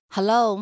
Hello